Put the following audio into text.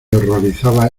horrorizaba